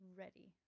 ready